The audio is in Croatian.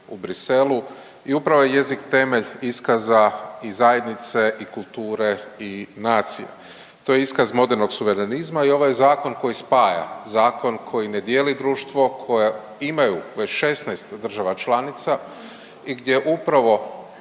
u Bruxellesu i upravo je jezik temelj iskaza i zajednice i kulture i nacije. To je iskaz modernog suverenizma i ovaj zakon koji spaja zakon koji ne dijeli društvo koje imaju već 16 država članica i gdje upravo